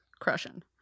Crushing